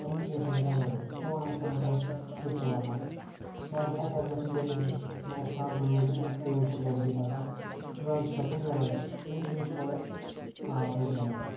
یِم چیٖنٛز چھِ گَژھان واریاہ فون آسہِ کَرُن کٲنٛسہِ سُہ چھُ واتان یا اَسہِ آسہِ گَژھُن بیٚکِس ڈِسٹرکَس مَنٛز اَسہِ چھِ پٮ۪وان گٲڑۍ گٲڑۍ چھِ گَرِ بِہِتھ آسان گاڑِ چھِ کھَسان نیران چھِ یِم چیٖنٛز چھِ واریاہ فٲیدٕ مَنٛد آسان